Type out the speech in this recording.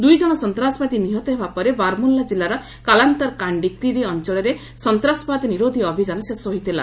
ଦୁଇଜଣ ସନ୍ତାସବାଦୀ ନିହତ ହେବା ପରେ ବାରମୁଲ୍ଲା କିଲ୍ଲାର କାଲାନ୍ତର କାଣ୍ଡି କ୍ରୀରୀ ଅଞ୍ଚଳରେ ସନ୍ତାବାଦୀ ନିରୋଧୀ ଅଭିଯାନ ଶେଷ ହୋଇଥିଲା